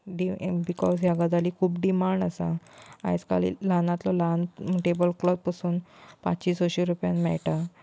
D because ह्या गजालीक खूब डिमांड आसा आयज काल ल्हानांतलो ल्हान टेबल क्लोत पसून पाचशें सशें रुपयान मेयटा